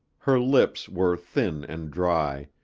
her lips were thin and dry,